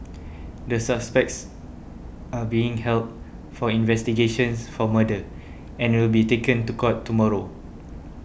the suspects are being held for investigations for murder and will be taken to court tomorrow